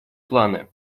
планы